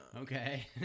okay